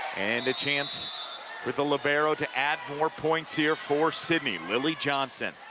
and the chance for the libero to add more points here for sidney. lily johnson.